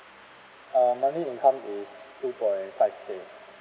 uh monthly income is two point five K